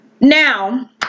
Now